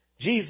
Jesus